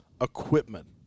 equipment